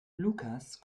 lukas